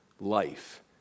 Life